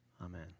Amen